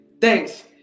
thanks